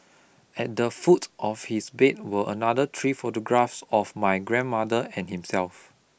at the foot of his bed were another three photographs of my grandmother and himself